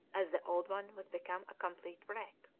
as the old one was become a complete wreck.